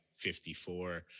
$54